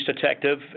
detective